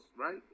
right